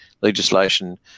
legislation